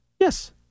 Yes